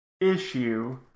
issue